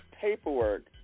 paperwork